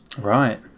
right